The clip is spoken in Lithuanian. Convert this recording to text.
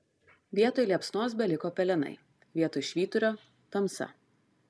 vietoj liepsnos beliko pelenai vietoj švyturio tamsa